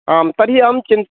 आं तर्हि अहं चिन्